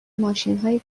ماشینهای